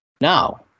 now